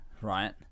right